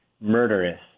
Murderous